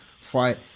fight